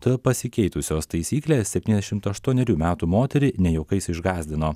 todėl pasikeitusios taisyklės septyniasdešimt aštuonerių metų moterį ne juokais išgąsdino